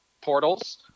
portals